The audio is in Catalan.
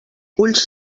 ulls